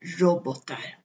robotar